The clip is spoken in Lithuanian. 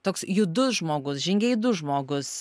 toks judus žmogus žingeidus žmogus